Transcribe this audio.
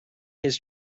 his